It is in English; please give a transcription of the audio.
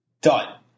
Done